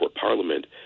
Parliament